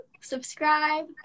Subscribe